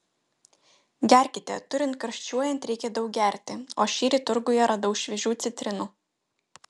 gerkite turint karščiuojant reikia daug gerti o šįryt turguje radau šviežių citrinų